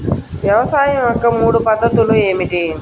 వ్యవసాయం యొక్క మూడు పద్ధతులు ఏమిటి?